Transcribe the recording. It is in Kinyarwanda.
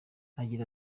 agira